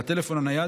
לטלפון הנייד,